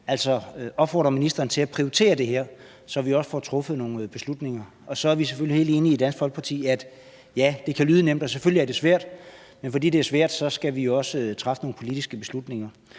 altså opfordre ministeren til at prioritere det her, så vi også får truffet nogle beslutninger. Så er vi selvfølgelig helt enige i i Dansk Folkeparti, at ja, det kan lyde nemt, men selvfølgelig er det svært. Men fordi det er svært, skal vi også træffe nogle politiske beslutninger.